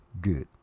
good